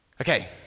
Okay